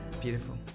beautiful